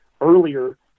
earlier